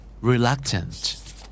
Reluctant